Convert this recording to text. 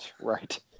Right